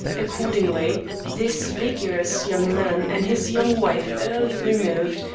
accordingly, this vigorous young man and his young wife early removed,